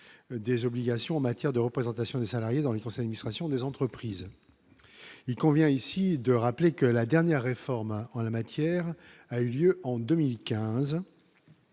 des obligations en matière de représentation des salariés dans les conseils rations des entreprises, il convient ici de rappeler que la dernière réforme en la matière, a eu lieu en 2015,